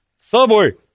Subway